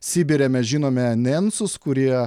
sibire mes žinome nencus kurie